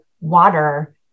water